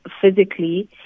physically